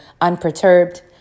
unperturbed